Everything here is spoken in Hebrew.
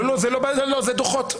לא, לא, זה דוחות.